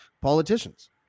politicians